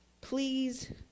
Please